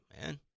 man